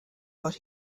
what